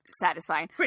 satisfying